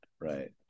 right